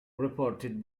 reported